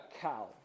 cow